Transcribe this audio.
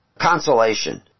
consolation